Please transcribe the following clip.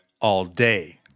all-day